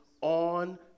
on